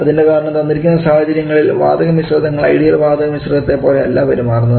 അതിൻറെ കാരണം തന്നിരിക്കുന്ന സാഹചര്യങ്ങളിൽ വാതക മിശ്രിതങ്ങൾ ഐഡിയൽ വാതകമിശ്രിതത്തെ പോലെ അല്ല പെരുമാറുന്നത്